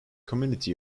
community